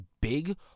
big